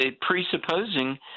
presupposing